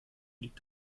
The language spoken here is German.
liegt